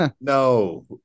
No